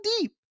deep